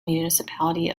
municipality